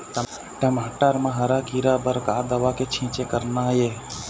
टमाटर म हरा किरा बर का दवा के छींचे करना ये?